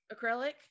Acrylic